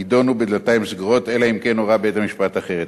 שיידונו בדלתיים סגורות אלא אם כן הורה בית-המשפט אחרת.